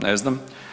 Ne znam.